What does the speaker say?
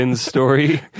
story